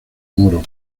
moro